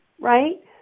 right